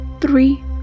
three